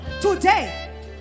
Today